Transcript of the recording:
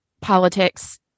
politics